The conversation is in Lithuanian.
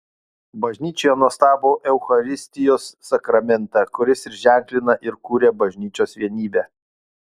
bažnyčioje nuostabų eucharistijos sakramentą kuris ir ženklina ir kuria bažnyčios vienybę